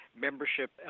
membership